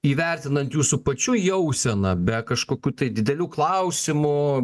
įvertinant jūsų pačių jauseną be kažkokių tai didelių klausimų